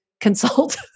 consult